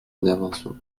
intervention